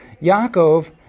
Yaakov